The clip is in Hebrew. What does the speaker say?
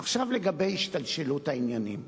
עכשיו לגבי השתלשלות העניינים.